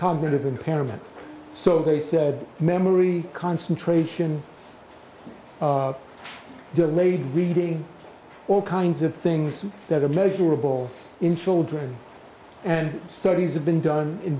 cognitive impairment so they said memory concentration delayed reading all kinds of things that are measurable in children and studies have been done in